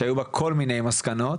שהיו בה כל מיני מסקנות.